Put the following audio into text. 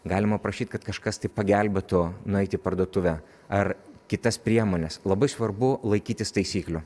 galima prašyt kad kažkas tai pagelbėtų nueiti į parduotuvę ar kitas priemones labai svarbu laikytis taisyklių